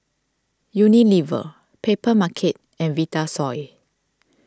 Unilever Papermarket and Vitasoy